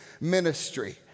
ministry